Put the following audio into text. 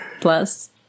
plus